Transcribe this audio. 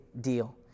deal